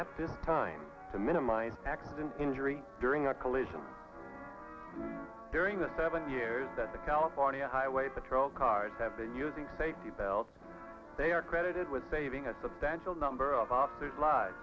at this time to minimize accident injury during a collision during the seven years that the california highway patrol cars have been using safety belts they are credited with saving us the number of officers live